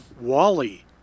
Wally